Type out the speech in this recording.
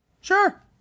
Sure